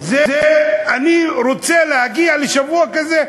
אני רוצה להגיע לשבוע כזה,